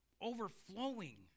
overflowing